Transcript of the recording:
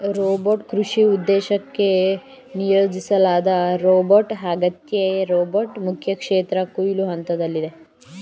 robot ಕೃಷಿ ಉದ್ದೇಶಕ್ಕೆ ನಿಯೋಜಿಸ್ಲಾದ ರೋಬೋಟ್ಆಗೈತೆ ರೋಬೋಟ್ ಮುಖ್ಯಕ್ಷೇತ್ರ ಕೊಯ್ಲು ಹಂತ್ದಲ್ಲಿದೆ